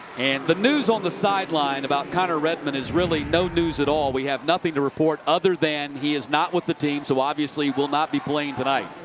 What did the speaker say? and the news on the sideline about connor redmond is no news at all. we have nothing to report other than he is not with the team so obviously will not be playing tonight.